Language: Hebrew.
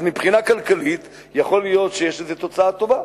אז מבחינה כלכלית יכול להיות שיש לזה תוצאה טובה.